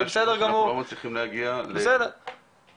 ניצן,